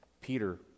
Peter